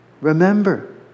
Remember